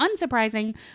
unsurprising